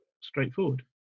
straightforward